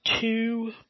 two